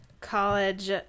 college